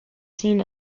seen